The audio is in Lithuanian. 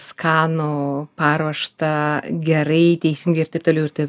skanų paruoštą gerai teisingai ir taip toliau ir taip